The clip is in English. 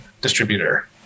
distributor